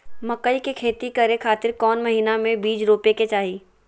मकई के खेती करें खातिर कौन महीना में बीज रोपे के चाही?